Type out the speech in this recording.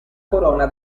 corona